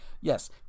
yes